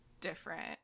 different